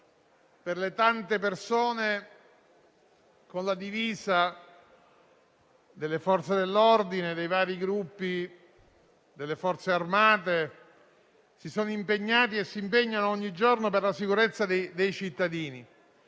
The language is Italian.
per le tante persone che, con la divisa delle Forze dell'ordine e dei vari gruppi delle Forze armate, si sono impegnate e si impegnano ogni giorno per la sicurezza dei cittadini.